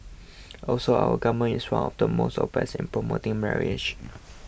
also our government is one of the most obsessed in promoting marriage